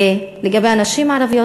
ולגבי הנשים הערביות,